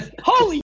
holy